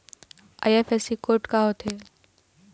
IFSC code का होथे?